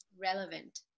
relevant